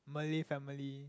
Malay family